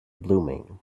blooming